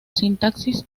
sintaxis